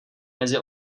mezi